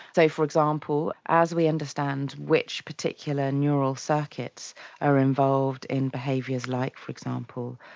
so, for example as we understand which particular neural circuits are involved in behaviours like, for example,